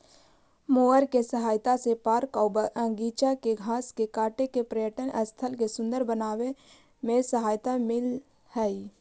mower के सहायता से पार्क आऊ बागिचा के घास के काट के पर्यटन स्थल के सुन्दर बनावे में सहायता मिलऽ हई